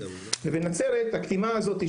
בנצרת הקטימה הזאת,